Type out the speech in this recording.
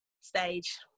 Stage